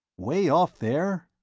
way off there?